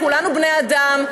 כולנו בני אדם,